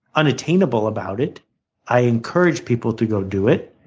unattainable about it i encourage people to go do it.